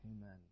Amen